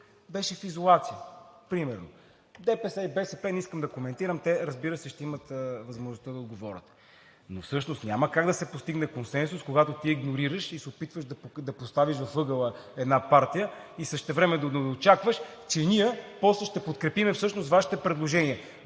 е в изолация. За ДПС и БСП не искам да коментирам и, разбира се, те ще имат възможността да отговорят. Всъщност няма как да се постигне консенсус, когато ти игнорираш и се опитваш да поставиш в ъгъла една партия и същевременно да очакваш, че после ще подкрепим Вашите предложения